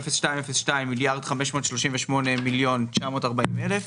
700202 1.538.940 מיליארד,